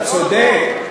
אתה צודק.